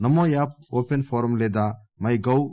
నమో app open forum లేదా మైగవ్